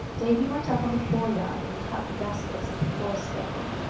davy went up on the fore-yard and cut the gaskets of the foresail.